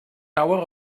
lawer